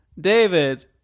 David